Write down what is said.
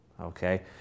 Okay